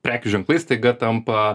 prekių ženklai staiga tampa